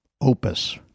opus